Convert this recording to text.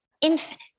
infinite